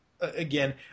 again